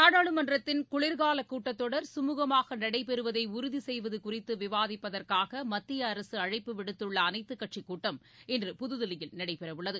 நாடாளுமன்றத்தின் குளிர்காலக் கூட்டத் தொடர் கமூகமாக நடைபெறுவதை உறுதி செய்வது குறித்து விவாதிப்பதற்காக மத்திய அரசு அழைப்பு விடுத்துள்ள அனைத்துக் கட்சிக் கூட்டம் இன்று புதுதில்லியில் நடைபெறவுள்ளது